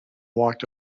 walked